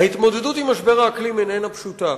ההתמודדות עם משבר האקלים איננה פשוטה.